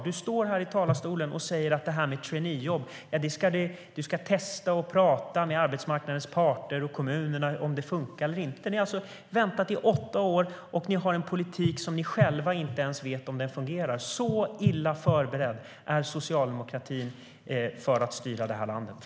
Du står här i talarstolen och säger att du ska testa och prata med arbetsmarknadens parter och kommunerna om det här med traineejobb fungerar eller inte.